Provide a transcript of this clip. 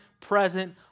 present